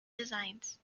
designs